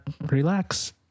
relax